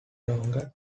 longer